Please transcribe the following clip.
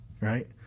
Right